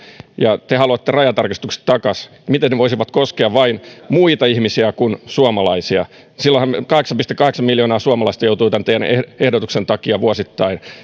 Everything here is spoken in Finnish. ja te haluatte rajatarkastukset takaisin niin miten ne voisivat koskea vain muita ihmisiä kuin suomalaisia silloinhan kahdeksan pilkku kahdeksan miljoonaa suomalaista joutuu teidän ehdotuksenne takia vuosittain